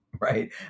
right